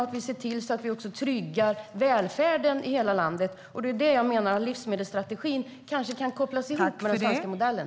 Vi ska se till att trygga välfärden i hela landet, och det är där jag menar att livsmedelsstrategin kanske kan kopplas ihop med den svenska modellen.